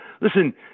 Listen